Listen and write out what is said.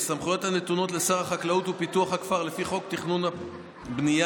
הסמכויות הנתונות לשר החקלאות ופיתוח הכפר לפי חוק התכנון והבנייה,